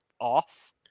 off